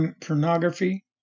pornography